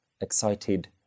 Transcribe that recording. excited